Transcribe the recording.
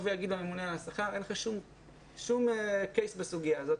לממונה על השכר שאין לו שום קייס בסוגיה הזאת,